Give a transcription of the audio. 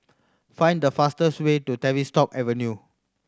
find the fastest way to Tavistock Avenue